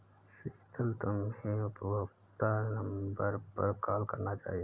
शीतल, तुम्हे उपभोक्ता नंबर पर कॉल करना चाहिए